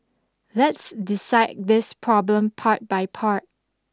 let's decide this problem part by part